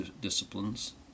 disciplines